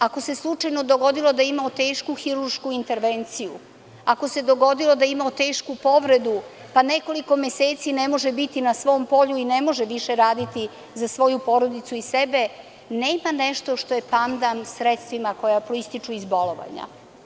Ako se slučajno dogodilo da je imao tešku hirušku intervenciju, ako se dogodilo da je imao tešku povredu pa nekoliko meseci ne može biti na svom polju i ne može više raditi za svoju porodicu i sebe, nema nešto što je pandan sredstvima koja proističu iz bolovanja.